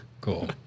Cool